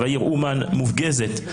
העיר אומן מופגזת,